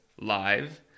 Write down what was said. live